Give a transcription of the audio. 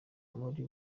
muri